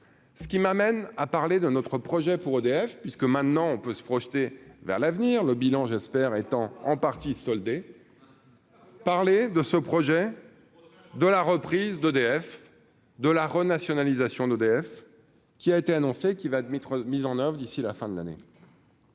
Ce qui m'amène à parler de notre projet pour EDF, puisque maintenant on peut se projeter vers l'avenir, le bilan, j'espère, étant en partie soldé, parler de ce projet de la reprise d'EDF, de la renationalisation d'EDF qui a été annoncé, qui va mettre mise en oeuvre d'ici la fin de l'année,